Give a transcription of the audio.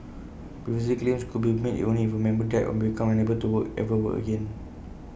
previously claims could be made only if A member died or became unable to work ever work again